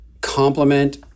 complement